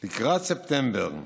לקראת ספטמבר תשפ"א,